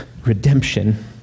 Redemption